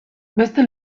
beste